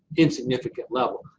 insignificant level.